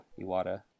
iwata